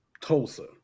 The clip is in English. Tulsa